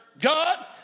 God